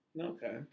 Okay